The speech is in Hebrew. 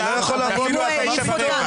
אני אשמור לו את זכות הדיבור.